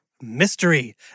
Mystery